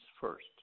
first